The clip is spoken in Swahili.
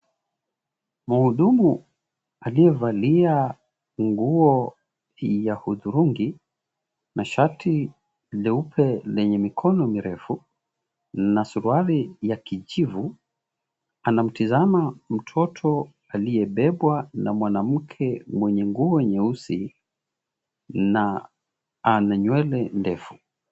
Mhudumu aliyevalia nguo ya hudhurungi na shati leupe lenye mikono mirefu na suruali ya kijivu, anamtizama mtoto aliyebebwa na mwanamke mwenye nguo nyeusi na ana nywele ndefu.